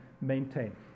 maintain